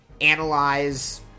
analyze